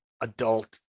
adult